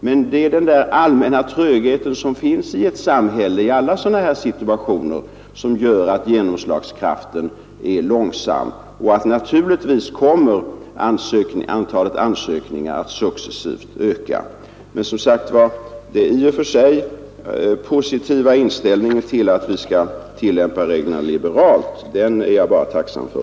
Men det är den allmänna trögheten i alla sådana här situationer som gör att genomslagskraften är långsam. Naturligtvis kommer antalet ansökningar att successivt öka. Den i och för sig positiva inställningen till att vi skall försöka tillämpa reglerna liberalt är jag bara tacksam för.